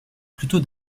plutôt